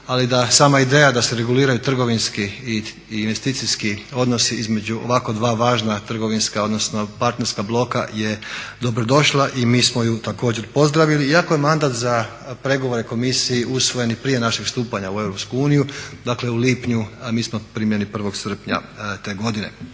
ali da sama ideja da se reguliraju trgovinski i investicijski odnosi između ovako dva važna trgovinska odnosno partnerska bloka je dobrodošla i mi smo ju također pozdravili iako je mandat za pregovore komisiji usvojen i prije našeg stupanja u Europsku uniju, dakle u lipnju a mi smo primljeni 1. srpnja te godine.